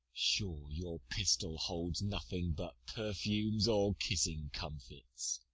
sure, your pistol holds nothing but perfumes or kissing-comfits.